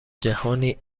جهانی